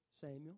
Samuel